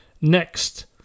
Next